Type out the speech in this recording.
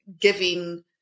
giving